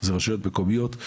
זה רשויות מקומיות,